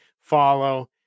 follow